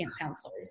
counselors